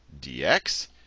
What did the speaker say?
dx